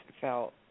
felt